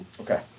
Okay